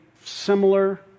similar